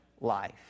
life